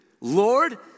Lord